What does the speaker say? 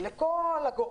לכל הגורמים,